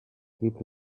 people